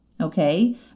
okay